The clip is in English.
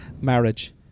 Marriage